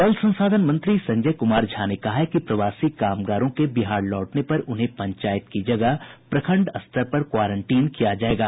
जल संसाधन मंत्री संजय झा ने कहा है कि प्रवासी कामगारों के बिहार लौटने पर उन्हें पंचायत की जगह प्रखंड स्तर पर क्वारंटीन किया जायेगा